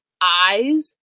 eyes